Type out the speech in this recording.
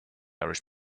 irish